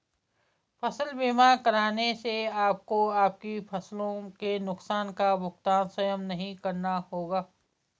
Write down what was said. फसल बीमा कराने से आपको आपकी फसलों के नुकसान का भुगतान स्वयं नहीं करना होगा